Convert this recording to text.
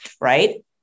Right